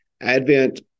Advent